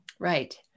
Right